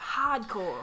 hardcore